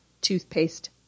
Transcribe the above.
toothpaste